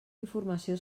informació